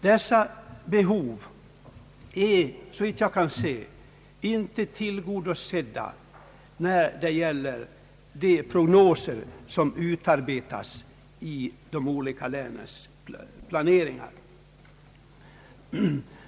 Dessa behov är, såvitt jag kan se, inte tillgodosedda i de prognoser som utarbetas av de olika länens planeringsorgan.